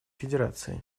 федерации